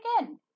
again